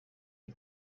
you